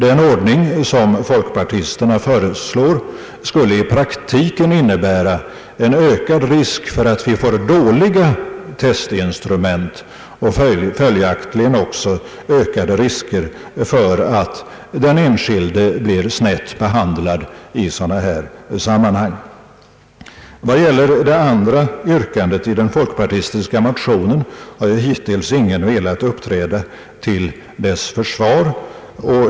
Den ordning som folkpartisterna föreslår skulle i praktiken innebära en ökad risk för att få dåliga testinstrument och följaktligen också ökade risker för att den enskilde blir fel behandlad i sådana här sammanhang. Ingen har hittills velat uppträda till försvar för det andra yrkandet i den folkpartistiska motionen.